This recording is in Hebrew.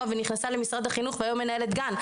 ונכנסה למשרד החינוך והיום מנהלת גן.